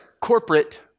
Corporate